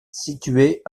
située